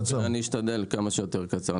אני אשתדל כמה שיותר קצר.